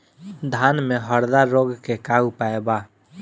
धान में हरदा रोग के का उपाय बा?